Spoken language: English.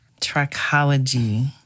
trichology